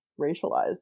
racialized